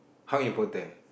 how important